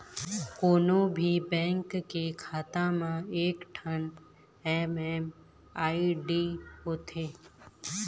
कोनो भी बेंक के खाता म एकठन एम.एम.आई.डी होथे